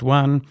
one